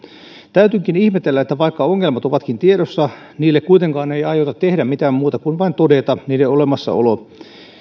täytyykin ihmetellä että vaikka ongelmat ovatkin tiedossa niille kuitenkaan ei aiota tehdä mitään muuta kuin vain todeta niiden olemassaolo